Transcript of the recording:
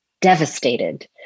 devastated